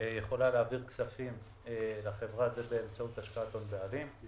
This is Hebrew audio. יכולה להעביר כספים לחברה זה באמצעות השקעות הון בעלים.